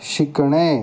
शिकणे